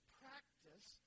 practice